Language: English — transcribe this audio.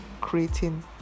creating